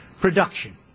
production